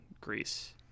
greece